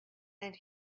and